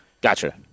Gotcha